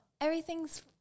everything's